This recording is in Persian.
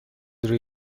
روی